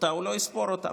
אותה הוא לא יספור אותם.